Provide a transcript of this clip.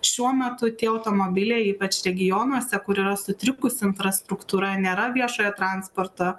šiuo metu tie automobiliai ypač regionuose kur yra sutrikusi infrastruktūra nėra viešojo transporto